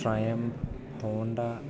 Triumph തോണ്ട